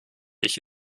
ich